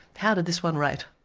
how did this one rate?